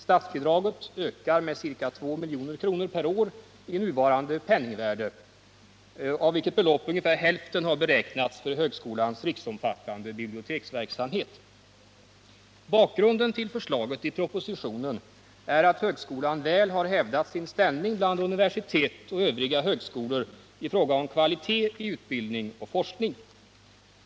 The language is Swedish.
Statsbidraget ökar med ca 2 milj.kr. per år i nuvarande penningvärde, av vilket belopp ungefär hälften har beräknats för högskolans riksomfattande biblioteksverksamhet. Bakgrunden till förslaget i propositionen är att högskolan väl har hävdat sin ställning bland universitet och övriga högskolor i fråga om kvalitet i utbildning och forskning.